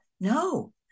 No